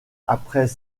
après